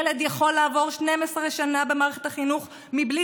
ילד יכול לעבור 12 שנה במערכת החינוך בלי